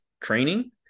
training